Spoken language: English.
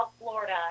Florida